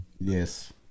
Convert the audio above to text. Yes